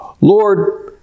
lord